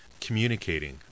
Communicating